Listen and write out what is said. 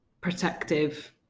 protective